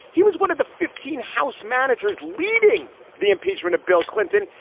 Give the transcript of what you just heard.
he was one of the fifteen house managers leading the impeachment of bill clinton.